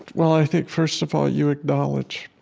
well, i think first of all, you acknowledge.